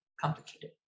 complicated